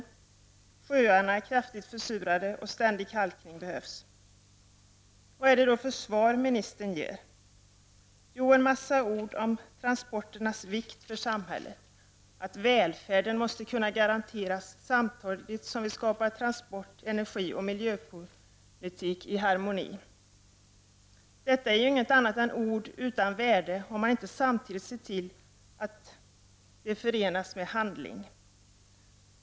Även sjöarna är kraftigt försurade, och ständig kalkning behövs. Vad innehåller då det svar som ministern ger? Jo, det innehåller en mängd ord om transporternas vikt för samhället och att välfärden måste garanteras samtidigt som man skapar harmoni mellan transportpolitik, energipolitik och miljöpolitik. Det är ord utan värde om man inte samtidigt ser till att de omsätts i handling.